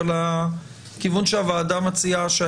אבל הכיוון שהוועדה מציעה,